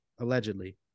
Allegedly